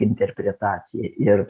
interpretacija ir